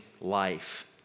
life